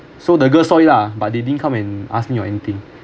so the girl saw it lah but they didn't come and ask me or anything